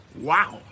wow